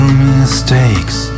mistakes